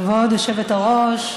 כבוד היושבת-ראש,